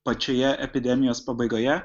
pačioje epidemijos pabaigoje